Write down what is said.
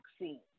vaccine